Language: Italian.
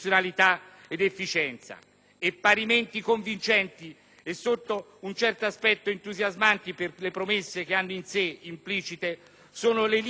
Parimenti convincenti, e sotto un certo aspetto entusiasmanti per le promesse che hanno in sé implicite, sono le linee guida che lei ha enunciato: